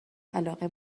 علاقه